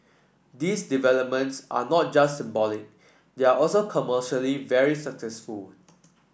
these developments are not just symbolic they are also commercially very successful